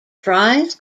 fries